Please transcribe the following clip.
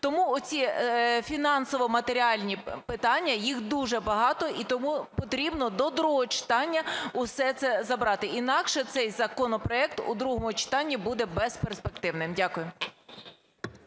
Тому оці фінансово-матеріальні питання, їх дуже багато і тому потрібно до другого читання усе це забрати, інакше цей законопроект у другому читанні буде безперспективним. Дякую.